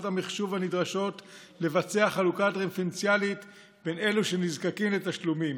המחשוב הנדרשות לביצוע חלוקה דיפרנציאלית לאלה שנזקקים לתשלומים?